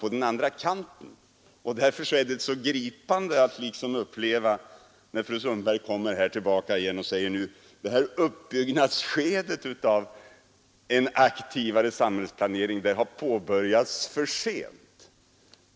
Mot denna bakgrund är det gripande att uppleva att fru Sundberg kommer tillbaka och säger: Det här uppbyggnadsskedet av en aktivare samhällsplanering har påbörjats för sent.